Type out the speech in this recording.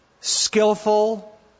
skillful